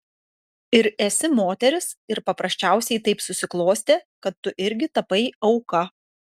ir esi moteris ir paprasčiausiai taip susiklostė kad tu irgi tapai auka